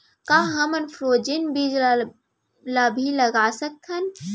का हमन फ्रोजेन बीज ला भी लगा सकथन?